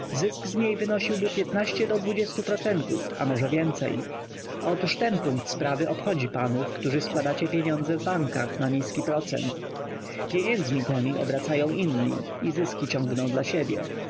niej wynosiłby do procentów a może więcej otóż ten punkt sprawy obchodzi panów którzy składacie pieniądze w bankach na niski procent pieniędzmi temi obracają inni i zyski ciągną dla siebie